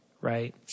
right